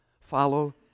follow